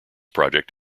project